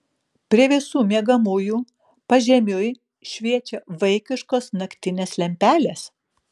prie visų miegamųjų pažemiui šviečia vaikiškos naktinės lempelės